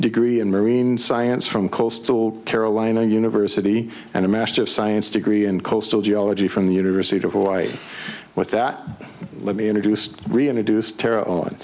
degree in marine science from coastal carolina university and a master of science degree in coastal geology from the university of hawaii with that let me introduced reintroduced her o